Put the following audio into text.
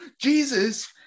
Jesus